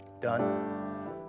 done